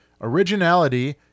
originality